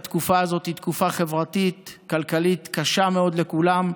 התקופה הזאת היא תקופה חברתית-כלכלית קשה מאוד לכולם,